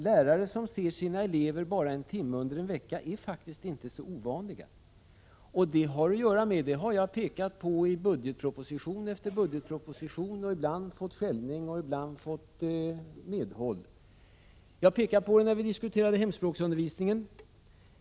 Lärare som ser sina elever bara en timme i veckan är, Birgitta Rydle, faktiskt inte så ovanliga. Det har jag påpekat i budgetproposition efter budgetproposition och ibland fått skällning, ibland fått medhåll. Jag pekade på det när vi diskuterade hemspråksundervisningen.